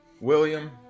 William